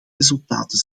resultaten